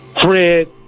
Fred